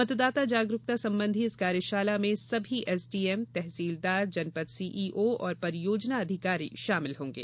मतदाता जागरूकता संबंधी इस कार्यशाला में सभी एसडीएम तहसीलदार जनपद सीईओ और परियोजना अधिकारी शामिल होंगे